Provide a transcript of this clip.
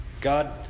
God